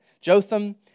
Jotham